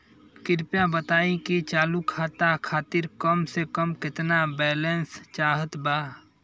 कृपया बताई कि चालू खाता खातिर कम से कम केतना बैलैंस चाहत बा